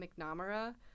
McNamara